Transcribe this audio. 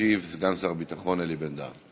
ישיב סגן שר הביטחון אלי בן-דהן.